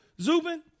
Zubin